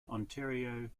ontario